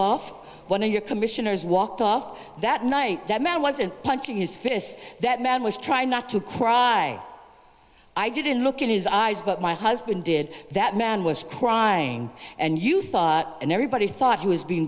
of your commissioners walked off that night that man wasn't punching his fists that man was trying not to cry i didn't look in his eyes but my husband did that man was crying and you thought and everybody thought he was being